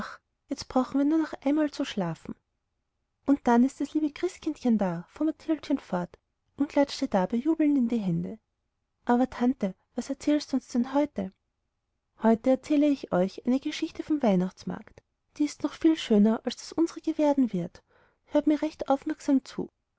jetzt brauchen wir nur noch einmal zu schlafen und dann ist das liebe christkindchen da fuhr mathildchen fort und klatschte dabei jubelnd in die hände aber tante was erzählst du uns denn heute heute erzähle ich euch eine geschichte vom weihnachtsmarkt die ist noch viel schöner als die unsrige werden wird hört mir recht aufmerksam zu